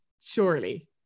surely